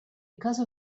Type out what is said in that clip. because